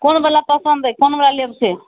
कोन बला पसन्द अइ कोनबला लेब से